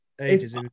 ages